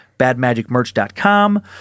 badmagicmerch.com